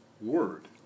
word